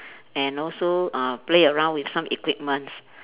and also uh play around with some equipment